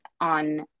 on